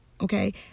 okay